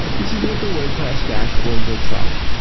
this is what the wordpress dashboard looks like.